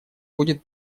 будет